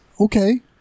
Okay